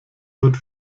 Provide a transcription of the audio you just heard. wird